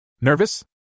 Nervous